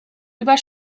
über